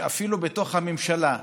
שאפילו בתוך הממשלה,